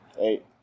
Eight